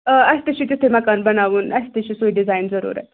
آ اَسہِ تہِ چھِ تِیُتھُے مکان بناوُن اَسہِ تہِ چھِ سُے ڈِزایِن ضٔروٗرَت